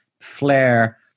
Flare